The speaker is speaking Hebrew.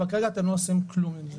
אבל כרגע אתם לא עושים עם זה כלום.